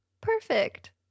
Perfect